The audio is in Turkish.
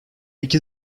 iki